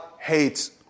hates